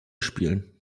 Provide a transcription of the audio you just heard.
spielen